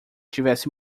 tivesse